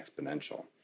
exponential